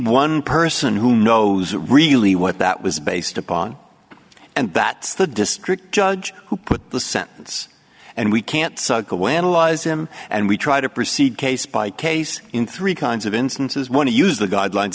one person who knows really what that was based upon and that's the district judge who put the sentence and we can't psychoanalyze him and we try to proceed case by case in three kinds of instances want to use the guidelines